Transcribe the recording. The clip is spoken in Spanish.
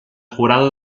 jurado